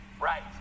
Right